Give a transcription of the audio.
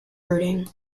routing